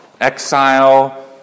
exile